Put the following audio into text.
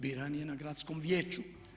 Biran je na gradskom vijeću.